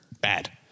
Bad